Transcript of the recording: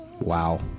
Wow